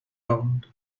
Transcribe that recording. round